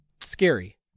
scary